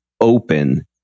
open